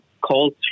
calls